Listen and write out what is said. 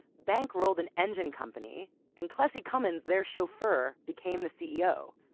bankrolled an engine company and classy cummins, their chauffeur, became the ceo.